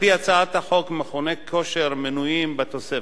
על-פי הצעת החוק, מכוני כושר מנויים בתוספת.